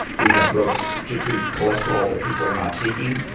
we have drugs to to treat cholesterol that people are not taking,